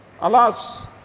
Alas